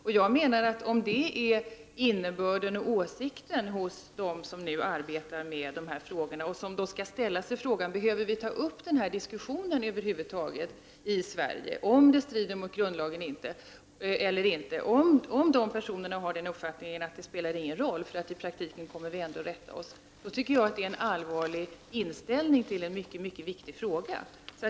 Om de personer som nu arbetar med dessa saker — de personer som skall ställa sig frågan om vi över huvud taget i Sverige behöver ta upp diskussionen om ifall detta strider mot grundlagen eller inte — har den uppfattningen att detta inte spelar någon roll eftersom vi i praktiken ändå kommer att rätta oss efter tolkningsbeskeden, då menar jag att det är mycket allvarligt att dessa personer har den inställningen i en så viktig fråga.